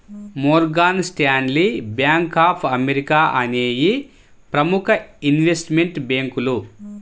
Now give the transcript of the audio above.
Morgan Stanley, bank of America అనేయ్యి ప్రముఖ investment బ్యేంకులు